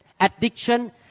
Addiction